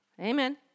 Amen